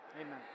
Amen